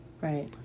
Right